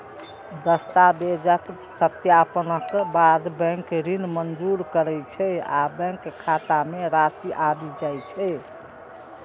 दस्तावेजक सत्यापनक बाद बैंक ऋण मंजूर करै छै आ बैंक खाता मे राशि आबि जाइ छै